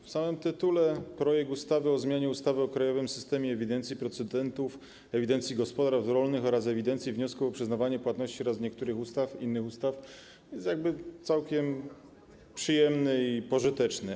W samym tytule projekt ustawy o zmianie ustawy o krajowym systemie ewidencji producentów, ewidencji gospodarstw rolnych oraz ewidencji wniosków o przyznanie płatności oraz niektórych innych ustaw jest jakby całkiem przyjemny i pożyteczny.